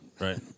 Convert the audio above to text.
right